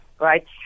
right